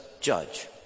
judge